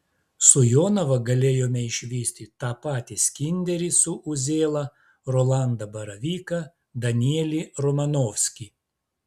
su jonava galėjome išvysti tą patį skinderį su uzėla rolandą baravyką danielį romanovskį